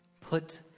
put